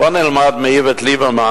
בואו נלמד מאיווט ליברמן,